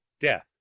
death